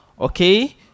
okay